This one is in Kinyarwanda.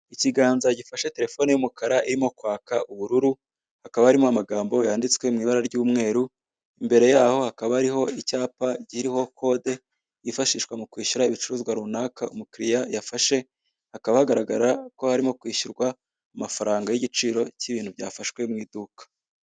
Ikiganza gifashe telefone y'umukara irimo kwaka ubururu, hakaba harimo amagambo yanditswe mu ibara ry'umweru, imbere yaho hakaba hariho icyapa kiriho kode yifashishwa mu kwishyura ibicuruzwa runaka umukiriya yafashe, hakaba hagaragara ko harimo kwishyurwa amafaranga y'igiciro k'ibintu byafashwe mu iduka.